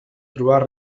trobar